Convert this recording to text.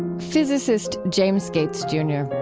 physicist james gates jr